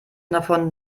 davon